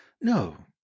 no